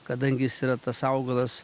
kadangi jis yra tas augalas